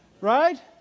Right